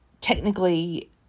technically